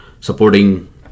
supporting